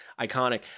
iconic